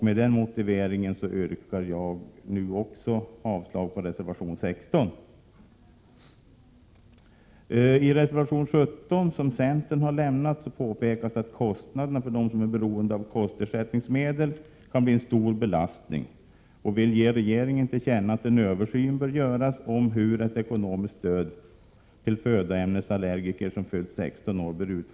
Med denna motivering yrkar jag också avslag på reservation 16. I reservation 17, som centern har avlämnat, påpekas att kostnaderna för kostersättningsmedel kan bli en stor belastning för dem som är beroende av dessa. Man vill ge regeringen till känna att en översyn bör göras om utformningen av ett ekonomiskt stöd till födoämnesallergiker som fyllt 16 år.